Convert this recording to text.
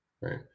Right